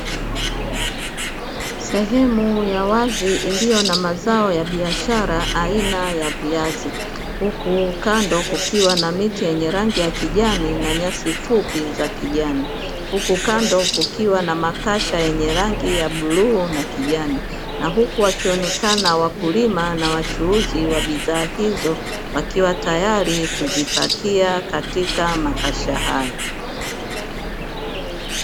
Sehemu ya wazi iliyo na mazao ya biashara aina ya viazi huku kando kukiwa na miti yenye rangi ya kijani na nyasi fupi za kijani huku kando kukiwa na makasha yenye rangi ya bluu na kijani na huku wakionekana wakulima na wachuuzi wa bidhaa hizo wakiwa tayari kuzipakia katika makasha hayo.